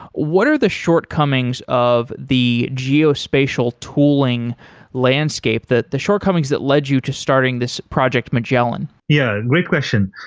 what are the shortcomings of the geospatial tooling landscape, the the shortcomings that led you to starting this project magellan? yeah, great question.